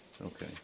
Okay